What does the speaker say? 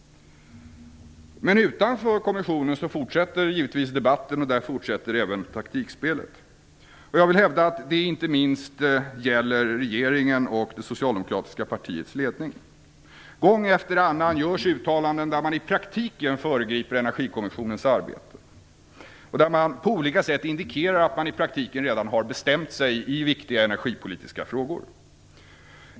Men utanför kommissionen fortsätter givetvis debatten, och där fortsätter även taktikspelet. Jag vill hävda att det inte minst gäller regeringen och det socialdemokratiska partiets ledning. Gång efter annan görs uttalanden där man i praktiken föregriper Energikommissionens arbete och där man på olika sätt indikerar att man i praktiken har bestämt sig i viktiga energipolitiska frågor.